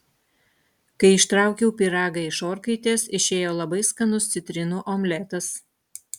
kai ištraukiau pyragą iš orkaitės išėjo labai skanus citrinų omletas